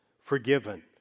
forgiven